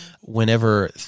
whenever